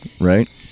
right